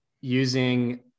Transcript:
using